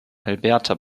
alberta